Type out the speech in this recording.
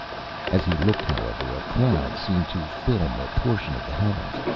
as he looked, however, a cloud seemed to film a portion of the heavens.